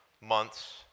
months